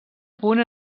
punt